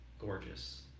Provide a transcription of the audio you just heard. gorgeous